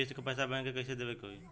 किस्त क पैसा बैंक के कइसे देवे के होई?